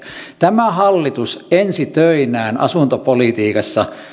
tämä hallitus ensi töinään asuntopolitiikassa